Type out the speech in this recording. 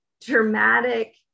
dramatic